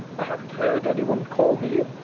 i haven't heard any one call me.